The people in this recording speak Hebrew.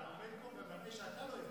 אתה עומד פה ומראה שאתה לא הבנת את זה.